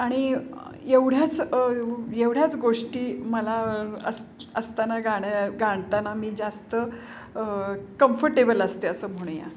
आणि एवढ्याच एवढ्याच गोष्टी मला अस असताना गाणं गाताना मी जास्त कम्फर्टेबल असते असं म्हणूया